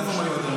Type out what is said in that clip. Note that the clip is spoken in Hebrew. אז איפה,